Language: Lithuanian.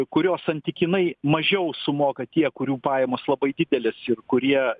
kurio santykinai mažiau sumoka tie kurių pajamos labai didelės ir kurie